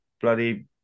bloody